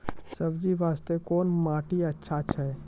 सब्जी बास्ते कोन माटी अचछा छै?